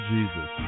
Jesus